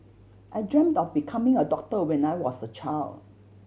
I dreamt of becoming a doctor when I was a child